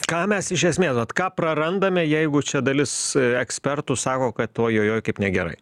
ką mes iš esmės vat ką prarandame jeigu čia dalis ekspertų sako kad oj oj oj kaip negerai